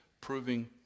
proving